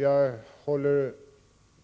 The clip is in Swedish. Jag håller